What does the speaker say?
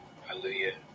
hallelujah